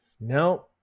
No